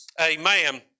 amen